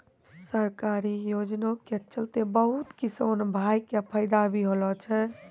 सरकारी योजना के चलतैं बहुत किसान भाय कॅ फायदा भी होलो छै